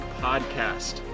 Podcast